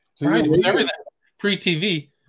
Pre-tv